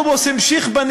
הכול כל כך פסטורלי